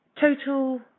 Total